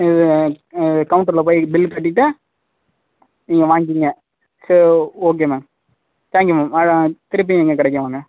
கவுண்ட்டரில் போய் பில்லு கட்டிவிட்டு நீங்கள் வாங்கிக்கிங்க so okay ma'am thank you ma'am திருப்பியும் எங்கள் கடைக்கே வாங்க